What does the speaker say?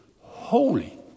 holy